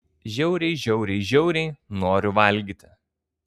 žiauriai žiauriai žiauriai noriu valgyti